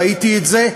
ראיתי את זה,